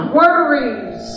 worries